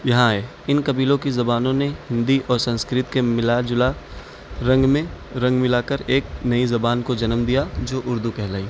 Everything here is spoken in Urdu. یہاں آئے ان قبیلوں کی زبانوں نے ہندی اور سنسکرت کے ملا جلا رنگ میں رنگ ملا کر ایک نئی زبان کو جنم دیا جو اردو کہلائی